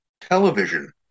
television